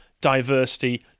Diversity